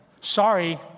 Sorry